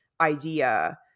idea